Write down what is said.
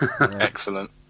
Excellent